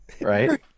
Right